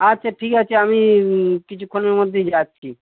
আচ্ছা ঠিক আছে আমি কিছুক্ষণের মধ্যেই যাচ্ছি